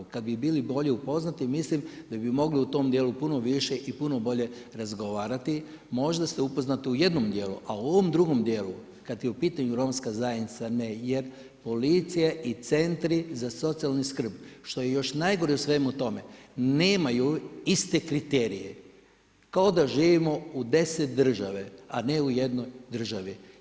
Kad bi bili bolje upoznati mislim da bi mogli u tom dijelu puno više i puno bolje razgovarati, možda ste upoznati u jednom dijelu, a u ovom drugom dijelu kad je u pitanju romska zajednica jer policija i centri za socijalnu skrb što je još najgore u svemu tome nemaju iste kriterije, kao da živimo u deset država, a ne u jednoj državi.